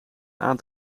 aan